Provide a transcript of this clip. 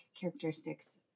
characteristics